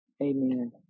Amen